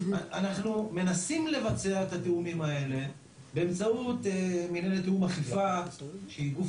אנחנו מנסים לבצע את התיאומים האלה באמצעות מנהלת תיאום אכיפה שהיא גוף